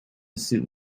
suit